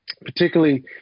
particularly